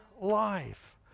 life